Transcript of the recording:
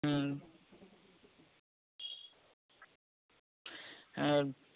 হুম হ্যাঁ